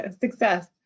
Success